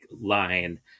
line